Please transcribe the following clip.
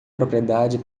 propriedade